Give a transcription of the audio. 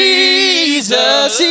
Jesus